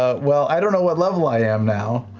ah well, i don't know what level i am now.